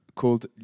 called